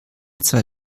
zwei